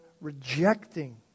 rejecting